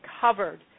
covered